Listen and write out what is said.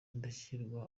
indashyikirwa